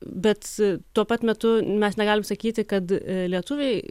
bet tuo pat metu mes negalim sakyti kad lietuviai